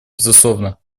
безусловно